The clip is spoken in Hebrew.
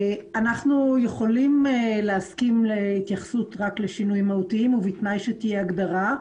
אנחנו יכולים להסכים להתייחסות רק לשינויים מהותיים ובתנאי שתהיה הגדרה.